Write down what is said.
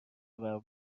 آور